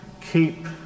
Keep